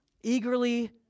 eagerly